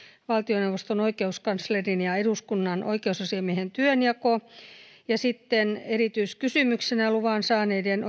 valtioneuvoston oikeuskanslerin ja eduskunnan oikeusasiamiehen työnjako ja sitten erityiskysymyksenä luvan saaneiden